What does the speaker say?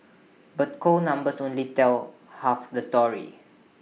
but cold numbers only tell half the story